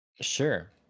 sure